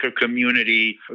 community